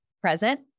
Present